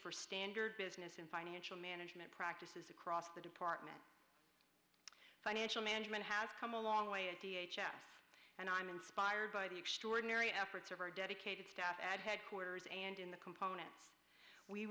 for standard business and financial management practices across the department financial management has come a long way and i'm inspired by the extraordinary efforts of our dedicated staff at headquarters and in the components we